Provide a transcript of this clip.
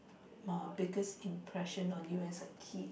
uh biggest impression on you as a kid